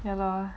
ya lor